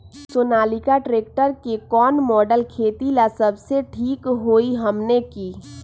Sonalika tractor के कौन model खेती ला सबसे ठीक होई हमने की?